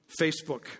Facebook